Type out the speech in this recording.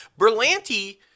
Berlanti